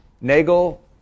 Nagel